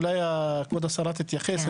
אולי כבוד השרה תתייחס,